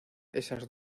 esas